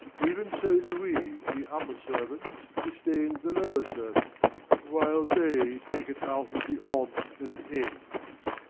even so do we, the upper servants, disdain the lower servants, while they take it out of the odds and ends.